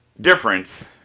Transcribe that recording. difference